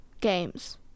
games